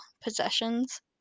possessions